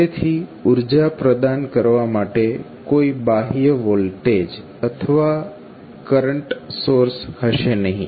તેથી ઉર્જા પ્રદાન કરવા માટે કોઈ બાહ્ય વોલ્ટેજ અથવા કરંટ સોર્સ હશે નહીં